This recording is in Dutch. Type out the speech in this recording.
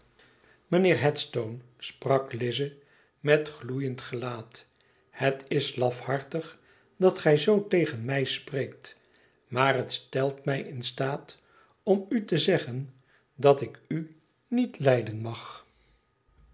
mijnheer headstone sprak lize met gloeiend gelaat het is lafhartig dat gij zoo tegen mij spreekt maar het stelt mij in staat om u te zeggen dat ik u niet lijden mag